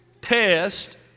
test